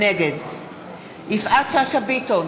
נגד יפעת שאשא ביטון,